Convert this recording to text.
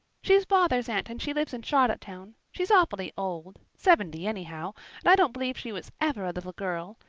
she's father's aunt and she lives in charlottetown. she's awfully old seventy anyhow and i don't believe she was ever a little girl.